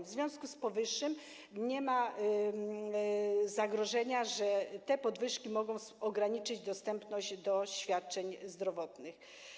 W związku z powyższym nie ma zagrożenia, że te podwyżki mogą ograniczyć dostępność świadczeń zdrowotnych.